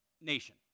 nation